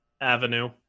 avenue